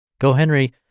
GoHenry